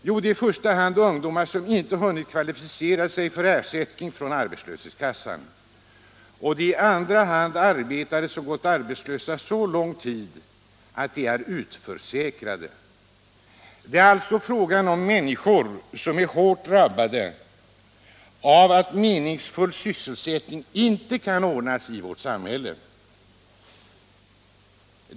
Jo, det är i första hand ungdomar som inte hunnit kvalificera sig för ersättning från arbetslöshetskassa och i andra hand arbetare som gått arbetslösa så lång tid att de är utförsäkrade. Det är alltså fråga om människor som är hårt drabbade av att meningsfull sysselsättning inte kan ordnas i vårt samhälle.